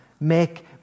make